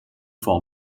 for